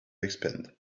expand